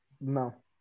No